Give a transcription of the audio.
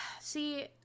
see